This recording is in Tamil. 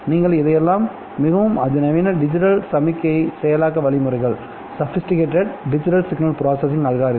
நீங்கள் இதையெல்லாம் மிகவும் அதிநவீன டிஜிட்டல சமிக்ஞை செயலாக்க வழிமுறைகள் பயன்படுத்தி செய்யலாம்